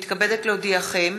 הינני מתכבדת להודיעכם,